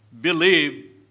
believe